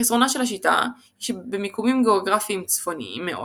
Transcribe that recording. חסרונה של השיטה היא במיקומים גאוגרפיים צפוניים מאוד